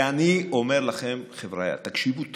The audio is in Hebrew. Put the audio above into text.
ואני אומר לכם, חבריא, תקשיבו טוב,